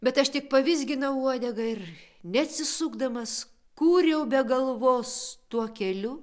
bet aš tik pavizginau uodegą ir neatsisukdamas kūriau be galvos tuo keliu